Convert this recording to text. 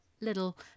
little